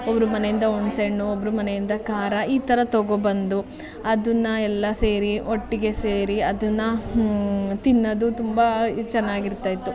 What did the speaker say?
ಒಬ್ಬರು ಮನೆಯಿಂದ ಹೆಣ್ಸೆಹಣ್ಣು ಒಬ್ಬರು ಮನೆಯಿಂದ ಖಾರ ಈ ಥರ ತಗೊ ಬಂದು ಅದನ್ನ ಎಲ್ಲ ಸೇರಿ ಒಟ್ಟಿಗೆ ಸೇರಿ ಅದನ್ನ ತಿನ್ನೋದು ತುಂಬ ಚೆನ್ನಾಗಿರ್ತಾಯಿತ್ತು